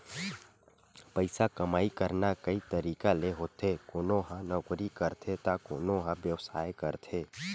पइसा कमई करना कइ तरिका ले होथे कोनो ह नउकरी करथे त कोनो ह बेवसाय करथे